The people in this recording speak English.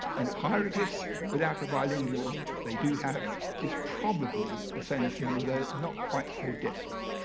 and hieroglyphs without a bilingual that they do have is probably the same thing, although not quite so desperate.